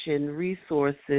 resources